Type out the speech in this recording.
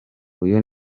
uyu